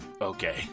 okay